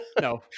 No